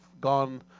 gone